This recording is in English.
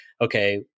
okay